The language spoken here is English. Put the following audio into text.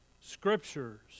Scriptures